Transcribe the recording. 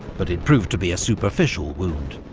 but it proved to be a superficial wound.